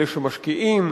אלה שמשקיעים,